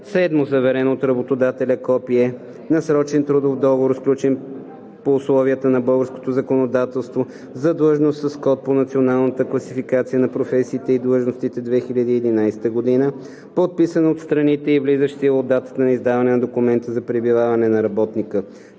7. заверено от работодателя копие на срочен трудов договор, сключен по условията на българското законодателство, за длъжност с код по Националната класификация на професиите и длъжностите, 2011 г., подписан от страните и влизащ в сила от датата на издаване на документа за пребиваване на работника